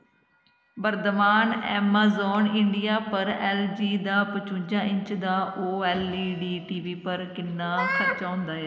Varthaman Amazon India पर L G दा पचुंजा इंच दा ओऐल्लईडी टी वी पर किन्ना खर्चा होंदा ऐ